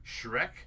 Shrek